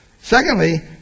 Secondly